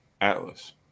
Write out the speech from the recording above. Atlas